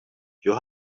your